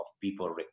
people